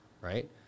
right